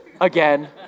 again